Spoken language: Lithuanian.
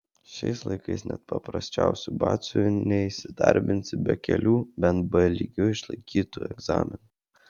šiais laikais net paprasčiausiu batsiuviu neįsidarbinsi be kelių bent b lygiu išlaikytų egzaminų